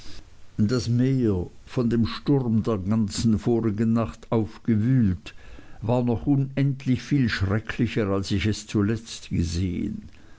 das meer von dem sturm der ganzen vorigen nacht aufgewühlt war noch unendlich viel schrecklicher als ich es zuletzt gesehen